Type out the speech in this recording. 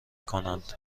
کنند